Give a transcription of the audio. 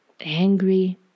angry